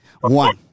One